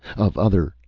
of other.